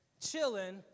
chilling